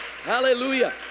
Hallelujah